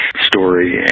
story